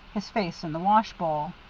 his face in the washbowl.